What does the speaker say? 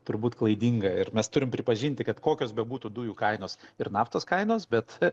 turbūt klaidinga ir mes turim pripažinti kad kokios bebūtų dujų kainos ir naftos kainos bet